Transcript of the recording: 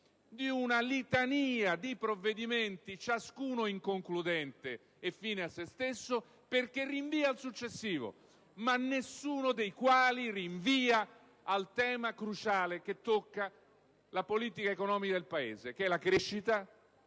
di una litania di provvedimenti, ciascuno inconcludente e fine a se stesso, perché rinvia al successivo, ma nessuno dei quali rinvia al tema cruciale che tocca la politica economica del Paese, che è la crescita,